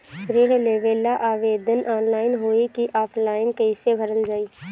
ऋण लेवेला आवेदन ऑनलाइन होई की ऑफलाइन कइसे भरल जाई?